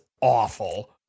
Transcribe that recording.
awful